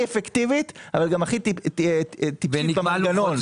אפקטיבית אבל גם הכי תפגע במנגנון,